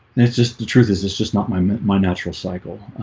it's just the truth. is this just not my my natural cycle?